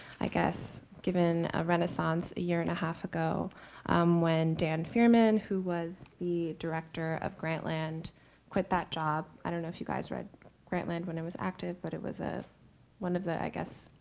i guess, given a renaissance a year and a half ago when dan fierman who was the director of grantland quit that job. i don't know if you guys read grantland when it was active, but it was ah one of the, i guess,